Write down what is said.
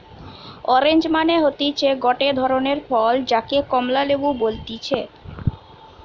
orange মানে হতিছে গটে ধরণের ফল যাকে কমলা লেবু বলতিছে